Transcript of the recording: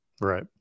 Right